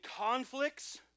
conflicts